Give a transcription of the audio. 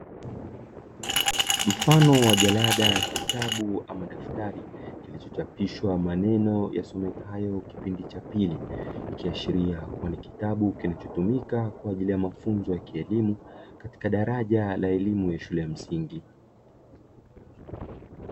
Mfano wa jalada, kitabu ama daftari kilichochapishwa maneno yasomekayo kipindi cha pili, ikiashiria kuwa ni kitabu kinachotumika kwa ajili ya mafunzo ya kielimu katika daraja la elimu ya shule ya msingi.